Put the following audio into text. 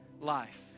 life